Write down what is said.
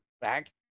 back